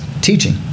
teaching